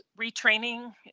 retraining